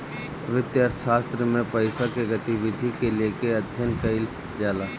वित्तीय अर्थशास्त्र में पईसा के गतिविधि के लेके अध्ययन कईल जाला